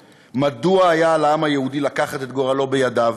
מדוע היה על העם היהודי לקחת את גורלו בידיו,